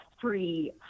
free